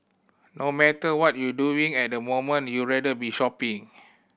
no matter what you doing at the moment you rather be shopping